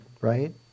right